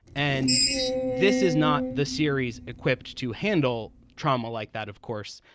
and this is not the series equipped to handle trauma like that, of course.